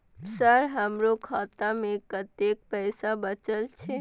Sir हमरो खाता में कतेक पैसा बचल छे?